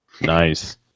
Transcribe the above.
nice